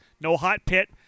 no-hot-pit